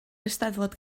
eisteddfod